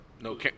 No